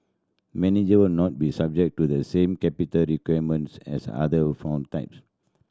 manager not be subject to the same capital requirements as other fund types